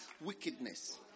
wickedness